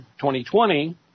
2020